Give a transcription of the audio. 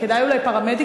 כדאי אולי פרמדיק,